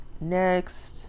next